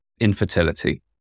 infertility